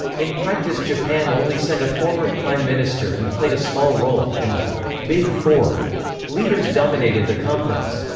in practice japan only sent a former prime minister and played a small role and the big four leaders dominated the conference.